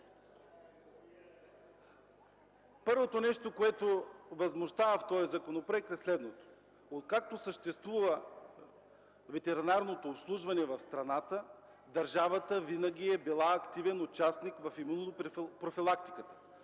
Първото нещо, което възмущава в този законопроект, е следното. Откакто съществува ветеринарното обслужване в страната, държавата винаги е била активен участник в имунопрофилактиката.